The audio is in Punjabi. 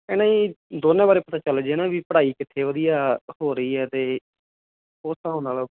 ਇਹ ਨਾ ਜੀ ਦੋਨਾਂ ਬਾਰੇ ਚੱਲ ਜੇ ਹੈ ਨਾ ਵੀ ਪੜ੍ਹਾਈ ਕਿੱਥੇ ਵਧੀਆ ਹੋ ਰਹੀ ਹੈ ਅਤੇ ਉਹ ਹਿਸਾਬ ਨਾਲ